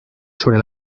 sobre